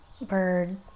bird